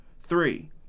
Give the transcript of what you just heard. three